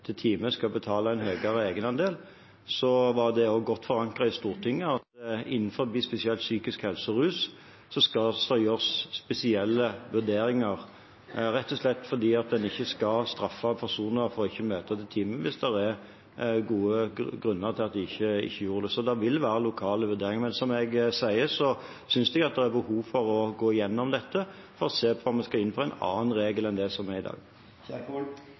spesielt psykisk helse og rus skal det gjøres spesielle vurderinger, rett og slett fordi en ikke skal straffe personer for ikke å møte til timen hvis det er gode grunner til at de ikke gjorde det. Det vil være lokale vurderinger. Men som jeg sier, synes jeg det er behov for å gå gjennom dette for å se på om vi skal inn på en annen regel enn den som er i dag.